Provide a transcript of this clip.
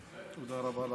שלוש דקות